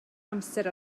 amser